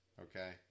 Okay